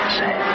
say